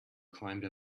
climbed